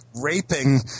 raping